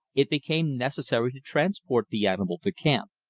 it became necessary to transport the animal to camp.